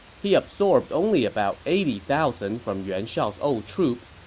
he absorbed only about eighty thousand from yuan shao's old troops,